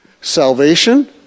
salvation